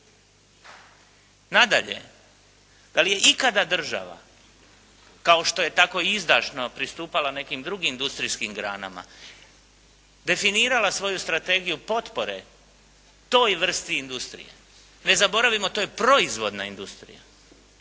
Nadalje, da li je ikada država, kao što je tako izdašno pristupala nekim drugim industrijskim granama definirala svoju strategiju potpore toj vrsti industrije? Ne zaboravimo to je proizvodna industrija,